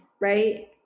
right